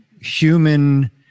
human